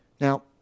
Now